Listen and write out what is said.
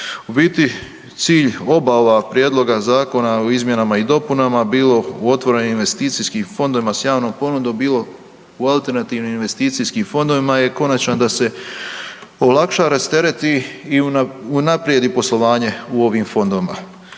U biti cilj oba ova prijedloga zakona o izmjenama i dopunama bilo u otvorenim investicijskim fondovima s javnom ponudom, bilo u alternativnim investicijskim fondovima je konačno da se olakša, rastereti i unaprijedi poslovanje u ovim fondovima.